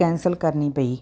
cancel ਕਰਨੀ ਪਈ